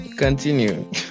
continue